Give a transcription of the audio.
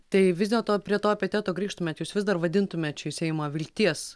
tai vis dėlto prie to epiteto grįžtumėt jūs vis dar vadintumėt šį seimą vilties